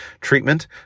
treatment